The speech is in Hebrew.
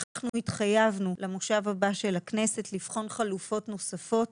אנחנו התחייבנו למושב הבא של הכנסת לבחון חלופות נוספות